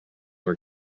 are